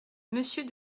monsieur